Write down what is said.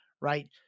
right